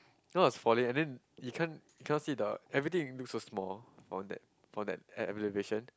then I was falling and then you can't you cannot see the everything looks so small from that from that e~ elevation